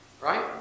Right